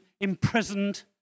imprisoned